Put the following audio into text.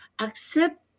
Accept